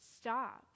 stop